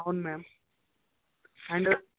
అవును ma'am and